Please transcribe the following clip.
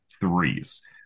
threes